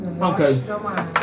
Okay